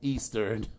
Eastern